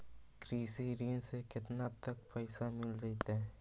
कृषि ऋण से केतना तक पैसा मिल जइतै?